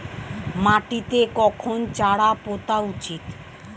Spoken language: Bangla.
মাটিতে কখন চারা পোতা উচিৎ?